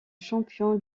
champion